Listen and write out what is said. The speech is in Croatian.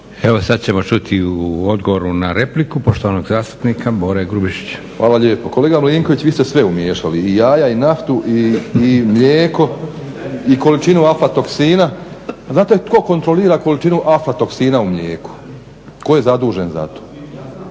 Evo sad ćemo čuti u odgovoru na repliku poštovanog zastupnika Bore Grubišića. **Grubišić, Boro (HDSSB)** Hvala lijepo. Kolega Milinković, vi ste sve umiješali, i jaja i naftu i mlijeko i količinu AFA toksina. Znate tko kontrolira količinu aflatoksina u mlijeku? Tko je zadužen za to?